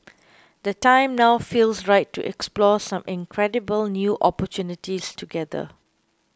the time now feels right to explore some incredible new opportunities together